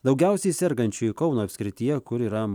daugiausiai sergančiųjų kauno apskrityje kur yra